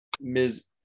Ms